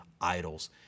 idols